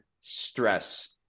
stress